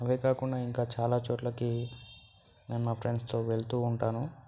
అదే కాకుండా చాలా చోట్లకి నేను మా ఫ్రెండ్స్తో వెళ్తూ ఉంటాను